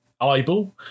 eyeball